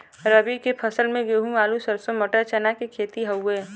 रबी के फसल में गेंहू, आलू, सरसों, मटर, चना के खेती हउवे